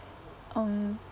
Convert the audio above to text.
um